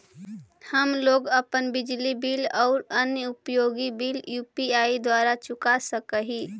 हम लोग अपन बिजली बिल और अन्य उपयोगि बिल यू.पी.आई द्वारा चुका सक ही